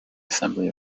assembly